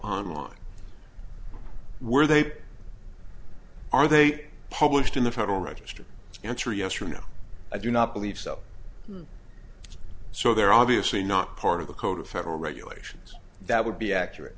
online were they are they published in the federal register answer yes or no i do not believe so so they're obviously not part of the code of federal regulations that would be accurate